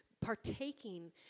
partaking